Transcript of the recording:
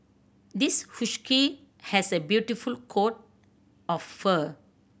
this has a beautiful coat of fur